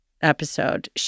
episode